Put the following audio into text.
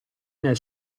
nel